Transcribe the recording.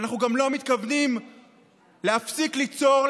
ואנחנו גם לא מתכוונים להפסיק ליצור,